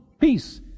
peace